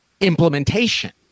implementation